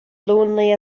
lonely